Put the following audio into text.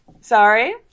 Sorry